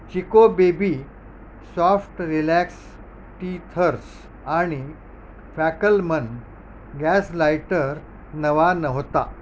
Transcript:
Chico baby soft relax teethers आणि फॅकलमन gas lighter नवा नव्हता